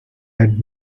had